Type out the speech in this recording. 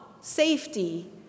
safety